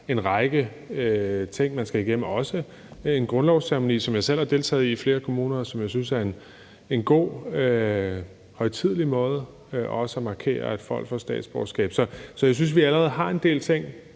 en række ting, man skal igennem. Også en grundlovsceremoni, som jeg selv har deltaget i i flere kommuner, og som jeg synes er en god, højtidelig måde at markere, at folk får statsborgerskab på. Så jeg synes, vi allerede har en del ting,